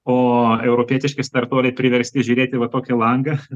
o europietiški startuoliai priversti žiūrėt į va tokį langą